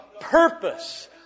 purpose